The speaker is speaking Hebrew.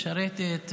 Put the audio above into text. משרתת,